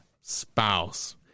spouse